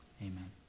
Amen